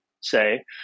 say